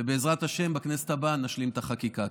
בעזרת השם בכנסת הבאה נשלים את החקיקה.